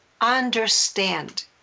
understand